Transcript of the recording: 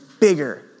bigger